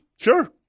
Sure